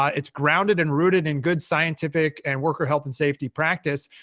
ah it's grounded and rooted in good scientific and worker health and safety practice,